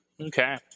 Okay